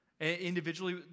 individually